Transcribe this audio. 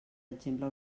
exemple